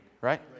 right